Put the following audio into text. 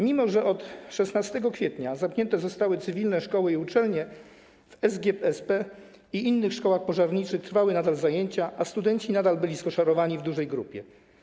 Mimo że od 16 kwietnia zamknięte zostały cywilne szkoły i uczelnie, w SGSP i innych szkołach pożarniczych nadal trwały zajęcia, a studenci nadal byli skoszarowani w dużej grupie.